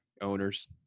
owners